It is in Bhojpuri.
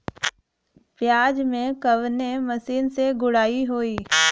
प्याज में कवने मशीन से गुड़ाई होई?